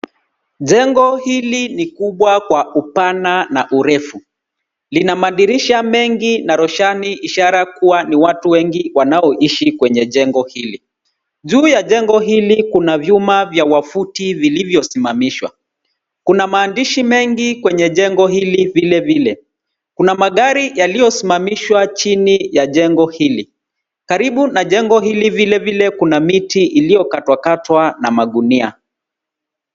Jengo hili ni kubwa kwa upana na urefu. Lina madirisha mengi na roshani ishara kuwa ni watu wengi wanaoishi kwenye jengo hili. Juu ya jengo hili, kuna vyuma vya wavuti vilivyosimamishwa. Kuna maandishi mengi kwenye jengo hili vilevile. Kuna magari yaliyosimamishwa chini ya jengo hili. Karibu na jengo hili vilevile kuna miti iliyokatwakatwa na magunia.